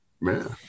man